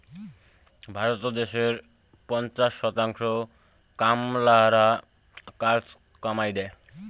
ভারতত দ্যাশের পঞ্চাশ শতাংশ কামলালার কাজ কামাই দ্যায়